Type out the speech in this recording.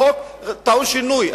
החוק טעון שינוי,